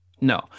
No